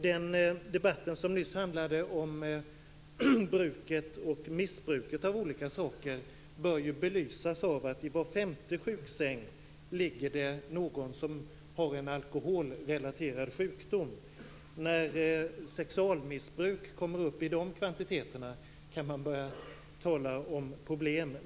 Den debatt som nyss handlade om bruket och missbruket av olika saker, bör ju belysas av att det i var femte sjuksäng ligger någon som har en alkoholrelaterad sjukdom. När sexualmissbruk kommer upp i de kvantiteterna kan man börja tala om problem.